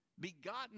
Begotten